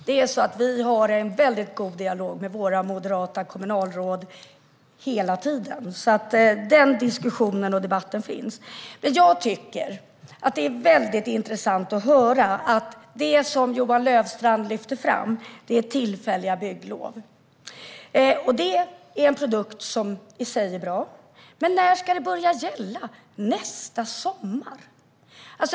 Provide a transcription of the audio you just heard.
Herr talman! Vi har en väldigt god dialog med våra moderata kommunalråd hela tiden. Den diskussionen och debatten förs. Jag tycker att det är väldigt intressant att höra att det som Johan Löfstrand lyfter fram är tillfälliga bygglov. Det är en produkt som i sig är bra. Men när ska detta börja gälla? Jo, först nästa sommar.